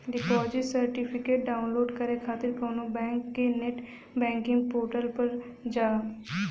deposit certificate download करे खातिर कउनो बैंक के नेट बैंकिंग पोर्टल पर जा